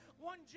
one